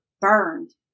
burned